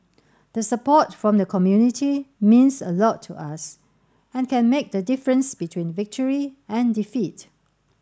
the support from the community means a lot to us and can make the difference between victory and defeat